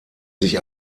sich